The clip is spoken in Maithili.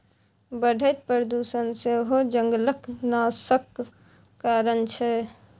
बढ़ैत प्रदुषण सेहो जंगलक नाशक कारण छै